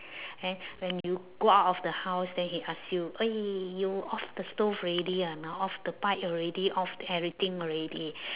and when you go out of the house then he ask you !oi! you off the stove already or not off the pipe already off the everything already